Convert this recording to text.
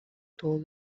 told